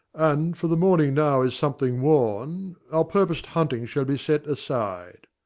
and, for the morning now is something worn, our purpos'd hunting shall be set aside.